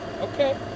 Okay